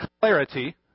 clarity